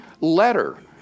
letter